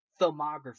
filmography